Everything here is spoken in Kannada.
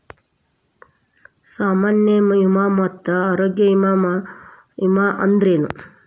ಸಾಮಾನ್ಯ ವಿಮಾ ಮತ್ತ ಆರೋಗ್ಯ ವಿಮಾ ಅಂದ್ರೇನು?